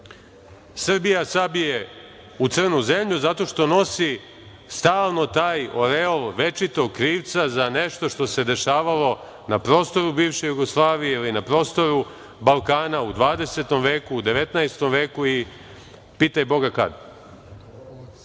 Srbija sabije u crnu zemlju, zato što nosi stalno taj oreol, večitog krivca za nešto što se dešavalo na prostoru bivše Jugoslavije ili na prostoru Balkana u 20. veku, u 19. veku i pitaj Boga